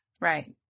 right